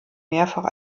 mehrfach